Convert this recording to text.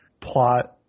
plot